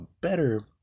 better